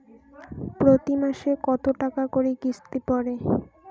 প্রতি মাসে কতো টাকা করি কিস্তি পরে?